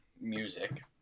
music